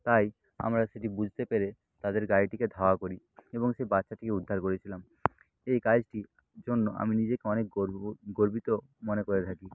তাই আমরা সেটি বুঝতে পেরে তাদের গাড়িটিকে ধাওয়া করি এবং সেই বাচ্চাটিকে উদ্ধার করেছিলাম এই কাজটির জন্য আমি নিজেকে অনেক গর্বিত মনে করে থাকি